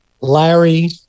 Larry